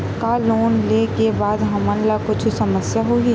का लोन ले के बाद हमन ला कुछु समस्या होही?